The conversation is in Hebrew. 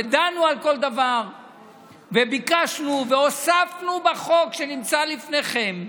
דנו על כל דבר וביקשנו והוספנו בחוק שנמצא לפניכם,